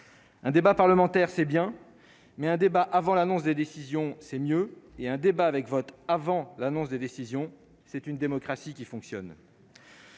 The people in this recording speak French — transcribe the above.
un débat parlementaire, c'est bien, mais un débat avant l'annonce des décisions, c'est mieux et un débat avec vote avant l'annonce des décisions, c'est une démocratie qui fonctionne,